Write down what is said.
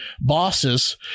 bosses